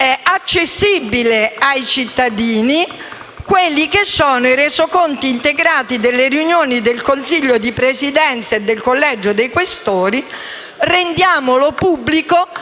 accessibile ai cittadini i resoconti integrali delle riunioni del Consiglio di Presidenza e del Collegio dei Questori; rendiamoli pubblici